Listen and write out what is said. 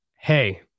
hey